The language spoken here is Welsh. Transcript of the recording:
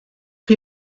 chi